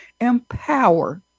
empower